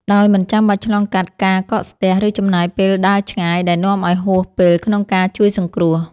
ដោយមិនចាំបាច់ឆ្លងកាត់ការកកស្ទះ ឬចំណាយពេលដើរឆ្ងាយ ដែលនាំឱ្យហួសពេលក្នុងការជួយសង្គ្រោះ។